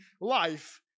life